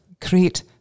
create